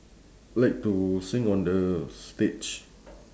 like to sing on the stage